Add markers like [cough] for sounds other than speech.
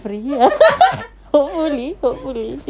[laughs]